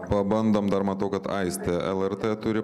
pabandom dar matau kad aistė lrt turi